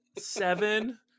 Seven